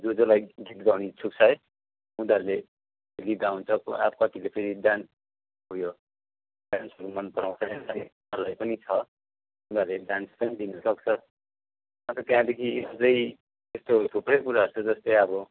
जो जोलाई गीत गाउने इच्छुक छ है उनीहरूले गीत गाउँछ अब कतिले फेरि डान्स उयो डान्सहरू मनपराउँछ पनि छ उनीहरूले डान्स पनि दिनुसक्छ अन्त त्यहाँदेखि अझै यस्तो थुप्रै कुराहरू छ जस्तै अब